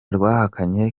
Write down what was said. rwahakanye